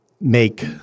make